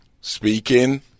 speaking